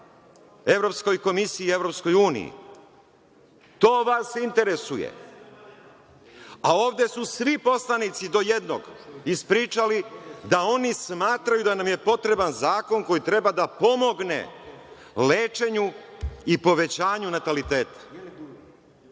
Evropskoj komisiji i Evropskoj Uniji. To vas interesuje. A ovde su svi poslanici do jednog ispričali da oni smatraju da nam je potreban zakon koji treba da pomogne lečenju i povećanju nataliteta.